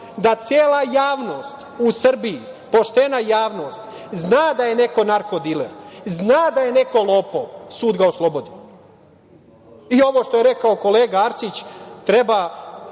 da cela javnost u Srbiji, poštena javnost zna da je neko narko diler, zna da je neko lopov, sud ga oslobodi.I ovo što je rekao kolega Arsić, treba